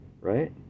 right